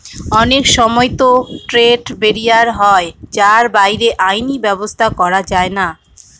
অনেক সময়তো trade barrier হয় যার বাইরে আইনি ব্যাবস্থা করা যায়না